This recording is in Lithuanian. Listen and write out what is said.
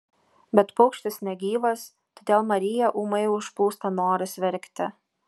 bet paukštis negyvas todėl mariją ūmai užplūsta noras verkti